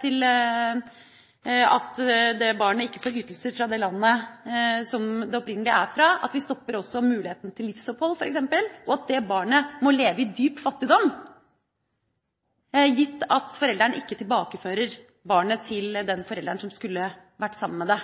til at det barnet ikke får ytelser fra det landet som det opprinnelig er fra, stopper muligheten til livsopphold, og at barnet må leve i dyp fattigdom gitt at forelderen ikke tilbakefører barnet til den forelderen som skulle vært sammen med det.